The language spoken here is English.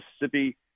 Mississippi